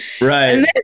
Right